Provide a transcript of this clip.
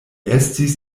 estis